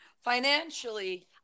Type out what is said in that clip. Financially